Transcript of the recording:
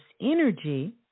energy